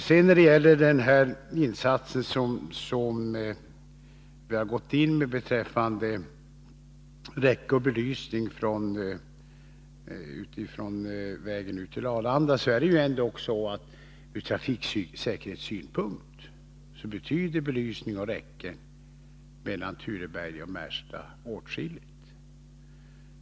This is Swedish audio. Vi har gjort en insats beträffande räcke och belysning på vägen ut till Arlanda. Ur trafiksäkerhetssynpunkt betyder belysning och räcke på vägen mellan Tureberg och Märsta åtskilligt.